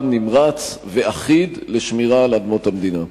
נמרץ ואחיד לשמירה על אדמות המדינה.